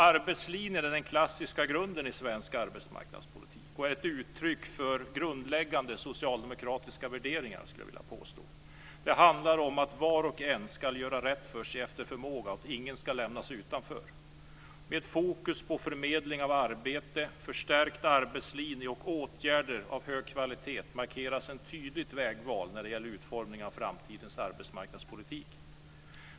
Arbetslinjen är den klassiska grunden i svensk arbetsmarknadspolitik. Den är ett uttryck för grundläggande socialdemokratiska värderingar, skulle jag vilja påstå. Det handlar om att var och en ska göra rätt för sig efter förmåga och att ingen ska lämnas utanför. Med fokus på förmedling av arbete, förstärkt arbetslinje och åtgärder av hög kvalitet markeras ett tydligt vägval när det gäller utformningen av framtidens arbetsmarknadspolitik.